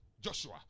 Joshua